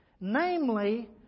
Namely